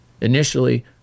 Initially